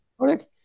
Correct